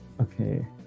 Okay